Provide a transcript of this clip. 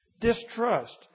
distrust